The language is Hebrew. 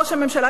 ראש הממשלה,